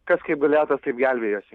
kas kaip galėjo tas taip gelbėjosi